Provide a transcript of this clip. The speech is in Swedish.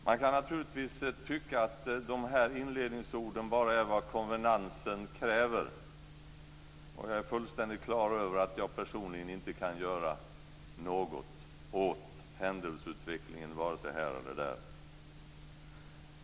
Man kan naturligtvis tycka att de här inledningsorden bara är vad konvenansen kräver. Och jag är fullständigt klar över att jag personligen inte kan göra något åt händelseutvecklingen vare sig här eller där.